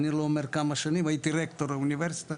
אני לא אומר כמה שנים הייתי רקטור האוניברסיטה